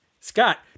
scott